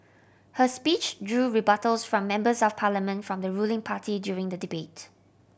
her speech drew rebuttals from Members of Parliament from the ruling party during the debate